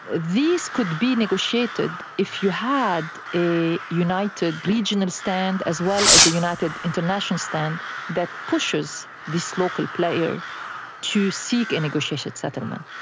could be negotiated if you had a united regional stand as well as a united international stand that pushes this local player to seek a negotiated settlement.